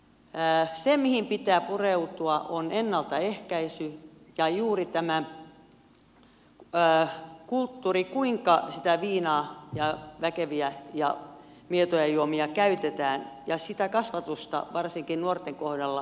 se mihin pitää pureutua on ennaltaehkäisy ja juuri tämä kulttuuri kuinka sitä viinaa ja väkeviä ja mietoja juomia käytetään ja se kasvatus varsinkin nuorten kohdalla